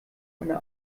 einer